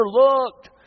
overlooked